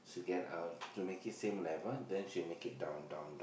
to get to make it same level then she make it down down